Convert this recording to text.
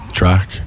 track